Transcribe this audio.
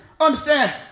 understand